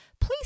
please